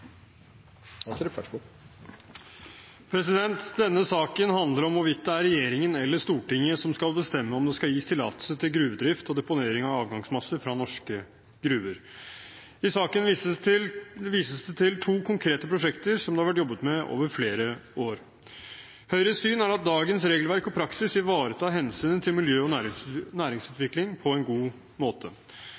regjeringen eller Stortinget som skal bestemme om det skal gis tillatelse til gruvedrift og deponering av avgangsmasse fra norske gruver. I saken vises det til to konkrete prosjekter som det har vært jobbet med over flere år. Høyres syn er at dagens regelverk og praksis ivaretar hensynet til miljø og næringsutvikling på en god måte.